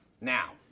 Now